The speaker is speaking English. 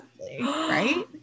right